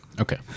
Okay